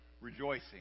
rejoicing